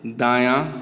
दायाँ